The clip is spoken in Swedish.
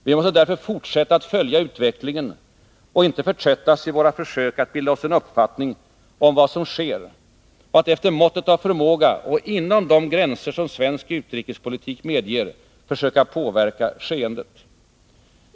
Vi måste därför fortsätta att följa utvecklingen och inte förtröttas i våra försök att bilda oss en uppfattning om vad som sker och att efter måttet av förmåga och inom de gränser som svensk utrikespolitik medger påverka skeendet.